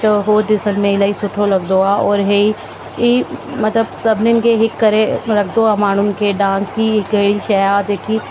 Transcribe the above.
त हो ॾिसण में इलाही सुठो लगंदो आहे पर हे हे मतिलब सभिनीनि खे हिकु करे रखंदो आहे माण्हूनि खे डांस ई अहिड़ी शइ आहे जेकी